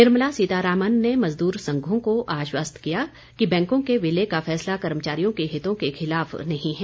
निर्मला सीतारामन ने मजदूर संघों को आश्वस्त किया कि बैंकों के विलय का फैसला कर्मचारियों को हितों के खिलाफ नहीं है